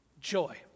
Joy